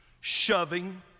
Shoving